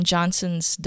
Johnson's